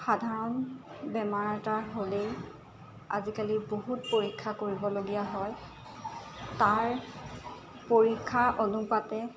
সাধাৰণ বেমাৰ এটা হ'লেই আজিকালি বহুত পৰীক্ষা কৰিবলগীয়া হয় তাৰ পৰীক্ষা অনুপাতে